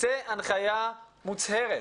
תצא הנחיה מוצהרת,